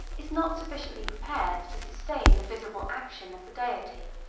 is not sufficiently prepared to sustain the visible action of the deity.